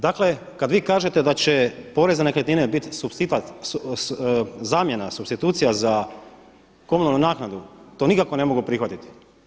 Dakle, kada vi kažete da će porez na nekretnine biti zamjena, supstitucija za komunalnu naknadu to nikako ne mogu prihvatiti.